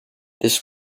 this